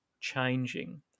changing